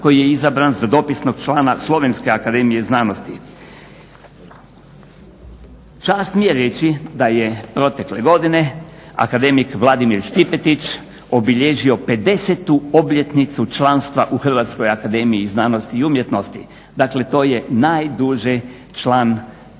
koji je izabran za dopisnog člana Slovenske akademije znanosti. Čast mi je reći da je protekle godine akademik Vladimir Stipetić obilježio 50. obljetnicu članstva u Hrvatskoj akademiji znanosti i umjetnosti, dakle to je najduže član u našoj